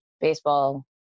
baseball